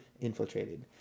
infiltrated